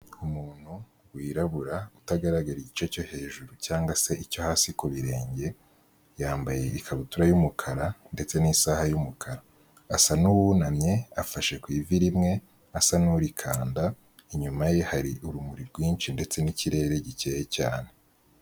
Umuntu wirabura utagaragara igice cyo hejuru cyangwa se icyo hasi ku birenge, yambaye ikabutura y'umukara ndetse n'isaha y'umukara, asa n'uwunamye, afashe ku ivi rimwe, asa n'urigukanda inyuma ye hari urumuri rwinshi ndetse n'ikirere gikeye cyane.